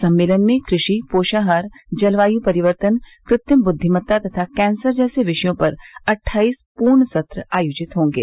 सम्मेलन में कृषि पोषाहार जलवायु परिवर्तन कृत्रिम बुद्दिमत्ता तथा कैंसर जैसे विषयों पर अट्ठाईस पूर्ण सत्र आयोजित होंगे